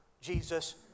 Jesus